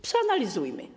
Przeanalizujmy.